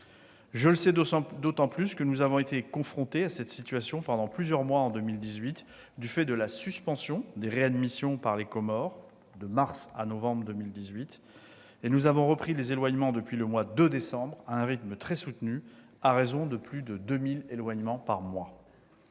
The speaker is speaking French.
Je le sais d'autant plus que nous avons été confrontés à cette situation pendant plusieurs mois en 2018, du fait de la suspension des réadmissions par les Comores de mars à novembre. Nous avons repris les éloignements depuis le mois de décembre à un rythme très soutenu, à raison de plus de 2 000 éloignements par mois.